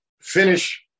Finish